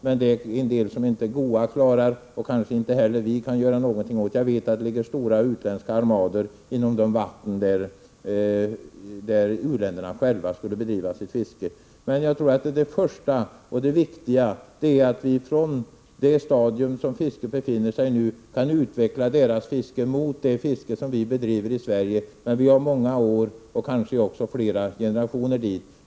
Det är en del som inte GOA klarar och som kanske inte heller vi kan göra någonting åt. Jag vet att det ligger stora utländska armador inom de vatten där u-länderna själva skulle bedriva sitt fiske. Men jag tror att det första och det viktiga är att vi, från det stadium deras fiske befinner sig på nu, kan utveckla deras fiske mot det slags fiske som vi bedriver i Sverige. Men det är många år och kanske också flera generationer dit.